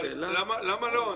למה לא?